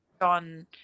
on